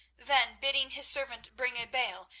then bidding his servant bring a bale,